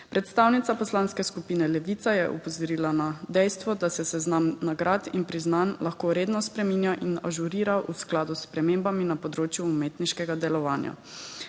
Predstavnica Poslanske skupine Levica je opozorila na dejstvo, da se seznam nagrad in priznanj lahko redno spreminja in ažurira v skladu s spremembami na področju umetniškega delovanja.